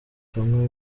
kamwe